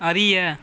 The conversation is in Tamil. அறிய